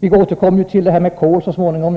Vi återkommer till detta med kol så småningom.